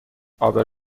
عابر